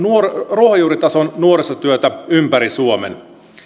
ruohonjuuritason nuorisotyötä ympäri suomen